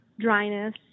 dryness